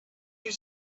you